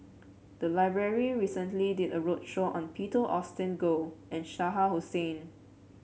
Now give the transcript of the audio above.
the library recently did a roadshow on Peter Augustine Goh and Shah Hussain